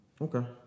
Okay